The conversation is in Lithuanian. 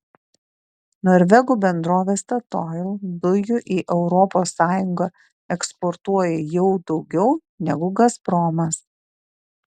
norvegų bendrovė statoil dujų į europos sąjungą eksportuoja jau daugiau negu gazpromas